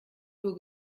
nur